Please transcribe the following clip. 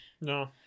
No